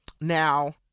Now